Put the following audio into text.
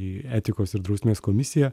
į etikos ir drausmės komisiją